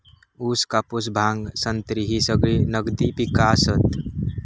ऊस, कापूस, भांग, संत्री ही सगळी नगदी पिका आसत